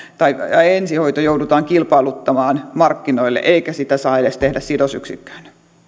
tai ensihoito joudutaan kilpailuttamaan markkinoilla eikä sitä saa edes tehdä sidosyksikköön